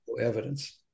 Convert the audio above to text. evidence